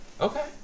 Okay